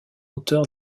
auteur